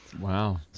Wow